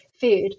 food